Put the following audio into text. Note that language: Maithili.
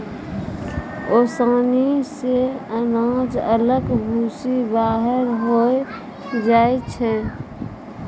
ओसानी से अनाज अलग भूसी बाहर होय जाय छै